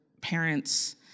parents